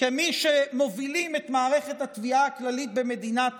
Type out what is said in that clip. כמי שמובילים את מערכת התביעה הכללית במדינת